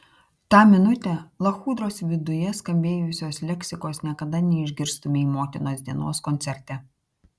tą minutę lachudros viduje skambėjusios leksikos niekada neišgirstumei motinos dienos koncerte